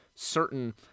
Certain